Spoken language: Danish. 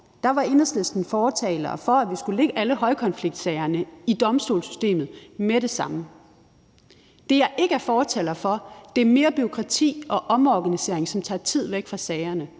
var Enhedslisten fortaler for, at vi skulle lægge alle højkonfliktsagerne i domstolssystemet med det samme. Det, jeg ikke er fortaler for, er mere bureaukrati og omorganisering, som tager tid væk fra sagerne.